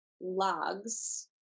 logs